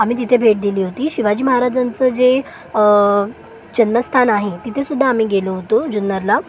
आम्ही तिथे भेट दिली होती शिवाजी महाराजांचं जे जन्मस्थान आहे तिथेसुद्धा आम्ही गेलो होतो जुन्नरला